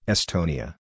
Estonia